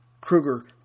Kruger